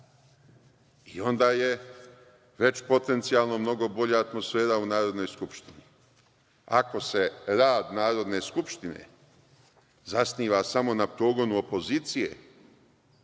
i onda je već potencijalno mnogo bolja atmosfera u Narodnoj skupštini. Ako se rad Narodne skupštine zasniva samo na progonu opozicije,